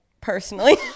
personally